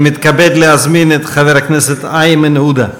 אני מתכבד להזמין את חבר הכנסת איימן עודה.